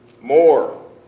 more